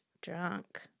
drunk